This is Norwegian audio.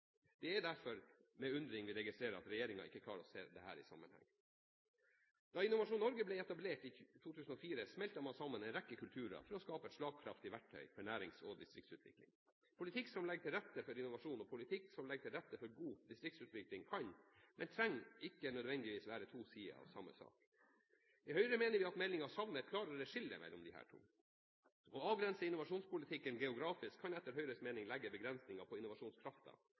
Det er derfor med undring vi registrerer at regjeringen ikke klarer å se dette i sammenheng. Da Innovasjon Norge ble etablert i 2004, smeltet man sammen en rekke kulturer for å skape et slagkraftig verktøy for nærings- og distriktsutvikling. Politikk som legger til rette for innovasjon, og politikk som legger til rette for distriktsutvikling, kan – men trenger ikke nødvendigvis – være to sider av samme sak. I Høyre mener vi at meldingen savner et klarere skille mellom disse to. Å avgrense innovasjonspolitikken geografisk kan etter Høyres mening legge begrensninger på